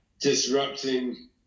disrupting